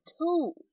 two